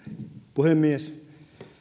puhemies